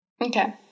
Okay